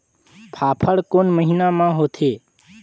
फाफण कोन महीना म होथे?